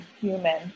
human